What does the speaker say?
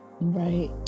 right